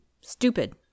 stupid